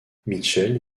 mitchell